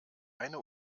eine